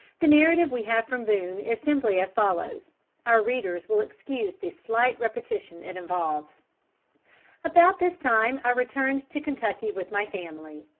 the narrative we have from boone is simply as follows our readers will excuse the slight repetition it involves about this time i returned to kentucky with my family.